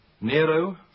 Nero